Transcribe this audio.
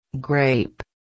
Grape